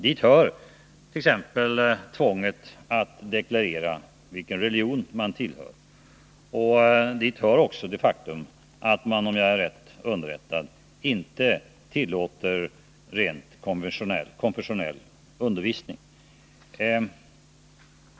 Dit hör t.ex. tvånget att deklarera vilken religion man tillhör, och dit hör också det faktum att man — om jag är rätt underrättad — inte tillåter rent konfessionell undervisning.